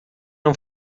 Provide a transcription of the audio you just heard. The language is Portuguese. não